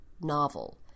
novel